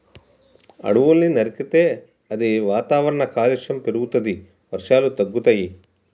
అడవుల్ని నరికితే అది వాతావరణ కాలుష్యం పెరుగుతది, వర్షాలు తగ్గుతయి